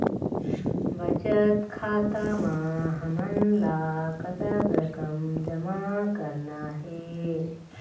बचत खाता म हमन ला कतक रकम जमा करना हे?